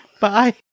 Bye